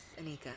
Anika